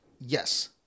yes